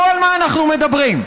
מדברים.